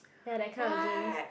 ya that kind of game